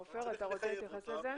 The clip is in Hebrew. עופר, אתה רוצה להתייחס לזה?